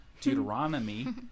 Deuteronomy